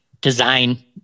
design